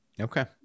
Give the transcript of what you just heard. Okay